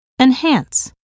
enhance